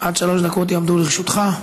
עד שלוש דקות יעמדו לרשותך.